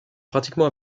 pratiquement